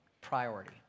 priority